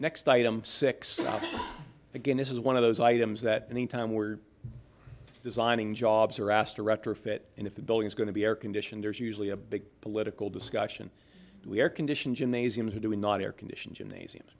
next item six again this is one of those items that anytime were designing jobs are asked to retrofit and if the building is going to be air conditioned there's usually a big political discussion we are conditioned gymnasiums who do not air condition